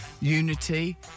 unity